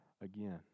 again